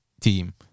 team